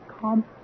come